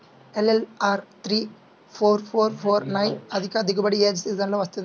NLR three four four four nine అధిక దిగుబడి ఏ సీజన్లలో వస్తుంది?